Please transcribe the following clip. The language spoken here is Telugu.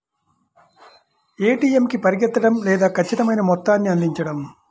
ఏ.టీ.ఎం కి పరిగెత్తడం లేదా ఖచ్చితమైన మొత్తాన్ని అందించడం